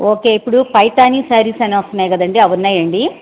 okay ఇప్పుడు Paithani saris అని వస్తున్నాయి కదండీ అవి ఉన్నాయండి